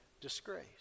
disgrace